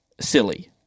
silly